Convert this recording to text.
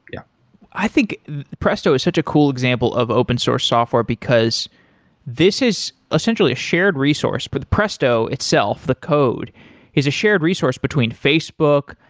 yeah i think presto is such a cool example of open source software, because this is essentially a shared resource for but the presto itself, the code is a shared resource between facebook,